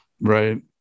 right